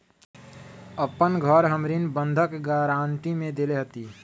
अपन घर हम ऋण बंधक गरान्टी में देले हती